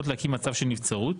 מצב של נבצרות,